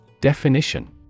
Definition